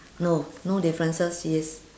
no no differences yes